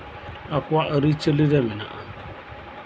ᱟᱠᱚᱣᱟᱜ ᱟᱹᱨᱤᱪᱟᱹᱞᱤᱨᱮ ᱢᱮᱱᱟᱜᱼᱟ